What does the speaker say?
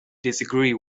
disagree